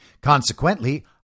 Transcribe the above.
Consequently